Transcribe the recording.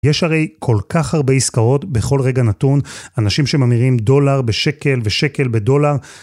יש הרי כל כך הרבה עסקאות בכל רגע נתון. אנשים שממירים דולר בשקל ושקל בדולר.